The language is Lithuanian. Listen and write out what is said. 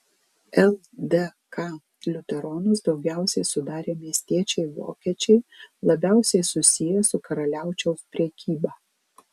ldk liuteronus daugiausiai sudarė miestiečiai vokiečiai labiausiai susiję su karaliaučiaus prekyba